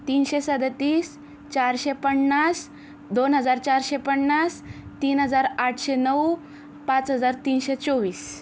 तीनशे सदतीस चारशे पन्नास दोन हजार चारशे पन्नास तीन हजार आठशे नऊ पाच हजार तीनशे चोवीस